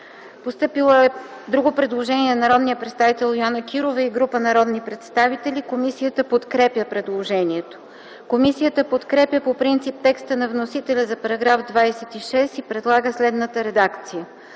постъпило предложение от народния представител Йоана Кирова и група народни представители. Комисията подкрепя предложението. Комисията подкрепя по принцип текста на вносителя за § 43, който става § 44, и предлага следната редакция: